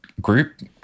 group